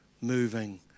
moving